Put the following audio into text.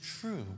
true